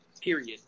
period